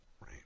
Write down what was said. Right